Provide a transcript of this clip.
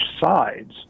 sides